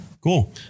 Cool